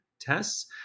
tests